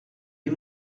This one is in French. les